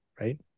right